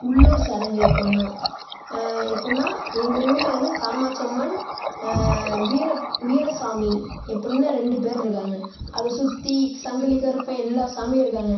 உள்ளூர் சடங்கு எப்படின்னா எப்புடின்னா எங்கள் ஊரில் வந்து காமாட்சி அம்மன் வீர வீர சாமி எப்புடின்னு ரெண்டு பேர்ருக்காங்க அதை சுற்றி சங்குலி கருப்பன் எல்லா சாமியும் இருக்காங்க